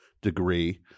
degree